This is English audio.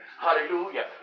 Hallelujah